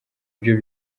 byo